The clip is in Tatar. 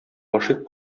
гашыйк